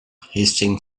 hissing